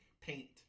paint